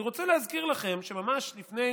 אני רוצה להזכיר לכם שממש לפני